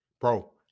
bro